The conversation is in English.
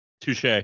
Touche